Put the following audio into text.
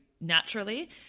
naturally